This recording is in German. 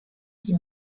die